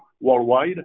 worldwide